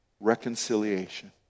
reconciliation